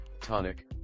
tonic